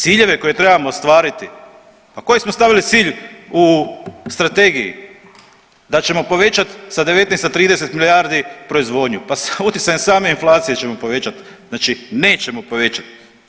Ciljeve koje trebamo ostvariti, pa koji smo stavili cilj u strategiji da ćemo povećat sa 19 na 30 milijardi proizvodnju, pa sa utjecajem same inflacije ćemo povećat, znači nećemo povećat.